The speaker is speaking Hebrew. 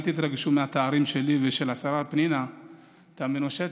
אל תתרגשו מהתארים שלי ושל השרה פנינה תמנו שטה,